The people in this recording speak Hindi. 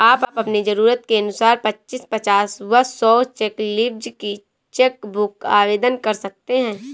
आप अपनी जरूरत के अनुसार पच्चीस, पचास व सौ चेक लीव्ज की चेक बुक आवेदन कर सकते हैं